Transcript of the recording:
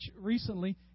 recently